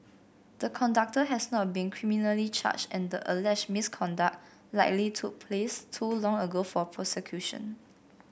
the conductor has not been criminally charged and the alleged misconduct likely took place too long ago for prosecution